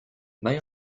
may